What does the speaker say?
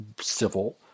civil